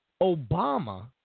Obama